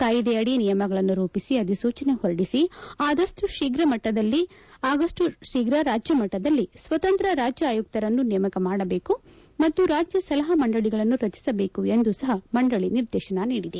ಕಾಯಿದೆ ಅಡಿ ನಿಯಮಗಳನ್ನು ರೂಪಿಸಿ ಅಧಿಸೂಚನೆ ಹೊರಡಿಸಿ ಆದಪ್ಟು ಶೀಘ ರಾಜ್ಯಮಟ್ಟದಲ್ಲಿ ಸ್ವತಂತ್ರ ರಾಜ್ಯ ಅಯುಕ್ತರನ್ನು ನೇಮಕ ಮಾಡಬೇಕು ಮತ್ತು ರಾಜ್ಯ ಸಲಹಾ ಮಂಡಳಗಳನ್ನು ರಚಿಸಬೇಕು ಎಂದೂ ಸಹ ಮಂಡಳಿ ನಿರ್ದೇಶನ ನೀಡಿದೆ